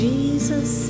Jesus